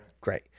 Great